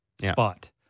spot